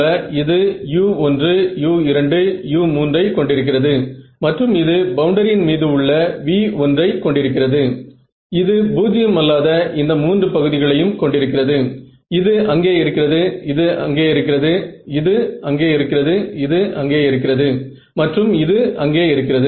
உள்ளீட்டு மின் மறுப்பை கண்டுபிடிப்பதற்கு இங்கே உள்ள இந்த முறையை எப்படி நான் பயன் படுத்துவேன் என்று நீங்கள் கேட்கலாம்